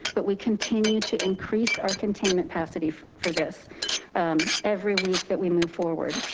but we continue to increase our containment capacity for this every week that we move forward.